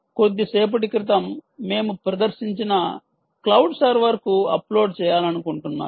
కొద్దిసేపటి క్రితం మేము ప్రదర్శించిన క్లౌడ్ సర్వర్ కి అప్లోడ్ చేయాలనుకుంటున్నారు